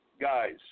guys